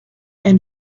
and